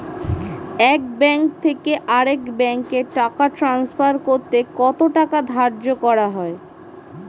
এক ব্যাংক থেকে আরেক ব্যাংকে টাকা টান্সফার করতে কত টাকা ধার্য করা হয়?